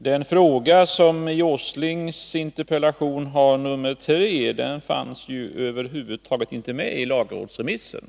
Den fråga som i herr Åslings interpellation har nr 3 fanns f. ö. över huvud taget inte med i lagrådsremissen.